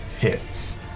hits